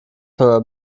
sondern